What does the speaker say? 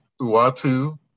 Uatu